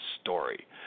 story